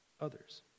Others